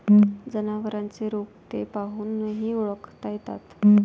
जनावरांचे रोग ते पाहूनही ओळखता येतात